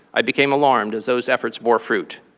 i became alarmed as those efforts bore fruit.